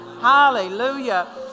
Hallelujah